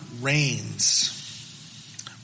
reigns